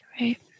Right